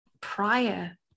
prior